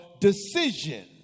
decision